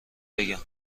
بگم